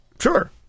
Sure